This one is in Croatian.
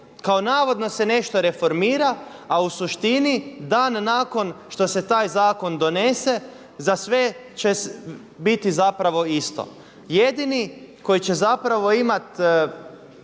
kao navodno se nešto reformira a u suštini dan nakon što se taj zakon donese za sve će biti zapravo isto. Jedini koji će zapravo imat